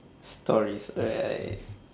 stories alright